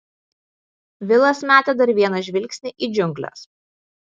vilas metė dar vieną žvilgsnį į džiungles